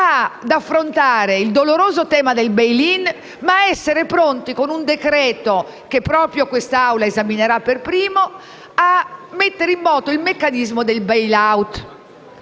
affrontare il doloroso tema del *bail in* ed essere pronti, con un decreto-legge che quest'Assemblea esaminerà per prima, a mettere in moto il meccanismo del *bail out*.